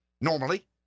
Normally